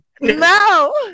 no